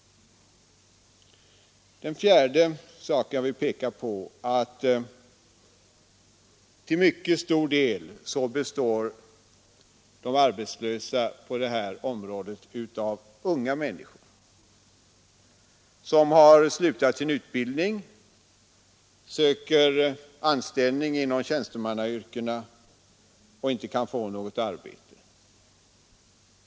Den fjärde sak jag vill peka på är att de arbetslösa inom tjänstemannaområdet till mycket stor del består av unga människor. De har slutat sin utbildning och söker anställning inom tjänstemannayrkena men kan inte få något arbete.